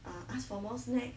uh ask for more snack